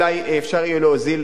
אולי אפשר יהיה להוזיל